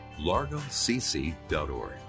largocc.org